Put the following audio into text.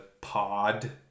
pod